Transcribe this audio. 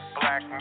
black